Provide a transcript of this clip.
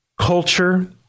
culture